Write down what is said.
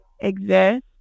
exist